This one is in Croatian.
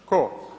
Tko?